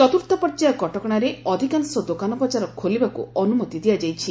ଚତ୍ରୁର୍ଥ ପର୍ଯ୍ୟାୟ କଟକଶାରେ ଅଧିକାଂଶ ଦୋକାନ ବଜାର ଖୋଲିବାକୁ ଅନୁମତି ଦିଆଯାଇଛି